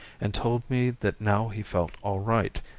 and told me that now he felt all right,